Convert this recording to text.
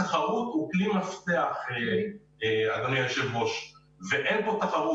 התחרות היא מפתח וכאן אין תחרות.